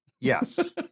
Yes